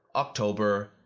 october,